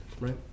right